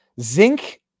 Zinc